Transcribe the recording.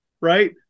right